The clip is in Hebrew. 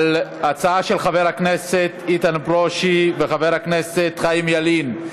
על הצעת החוק של איתן ברושי וחבר הכנסת חיים ילין,